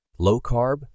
Low-carb